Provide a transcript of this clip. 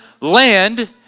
land